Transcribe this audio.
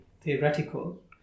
theoretical